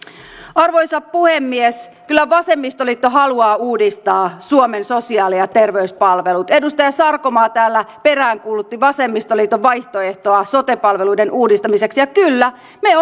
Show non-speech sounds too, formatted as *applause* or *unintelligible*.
arvoisa puhemies kyllä vasemmistoliitto haluaa uudistaa suomen sosiaali ja terveyspalvelut edustaja sarkomaa täällä peräänkuulutti vasemmistoliiton vaihtoehtoa sote palveluiden uudistamiseksi ja kyllä me *unintelligible*